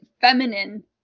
feminine